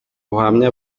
buhamya